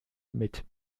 mit